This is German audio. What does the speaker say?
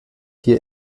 hier